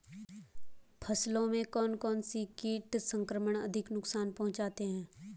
फसलों में कौन कौन से कीट संक्रमण अधिक नुकसान पहुंचाते हैं?